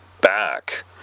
back